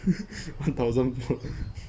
one thousand